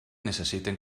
necessiten